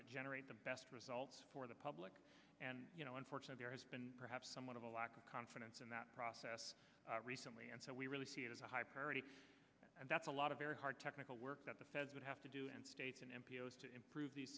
that generate the best results for the public and you know unfortunate there has been perhaps somewhat of a lack of confidence in that process recently and so we really see it as a high priority and that's a lot of very hard technical work that the feds would have to do and states in m p s to improve the